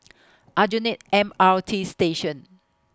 Aljunied M R T Station